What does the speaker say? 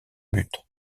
buts